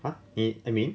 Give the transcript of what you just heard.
!huh! it I mean